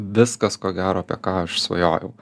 viskas ko gero apie ką aš svajojau